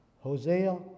Hosea